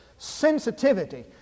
sensitivity